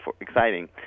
exciting